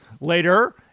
later